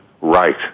right